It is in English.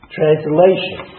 Translation